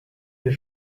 est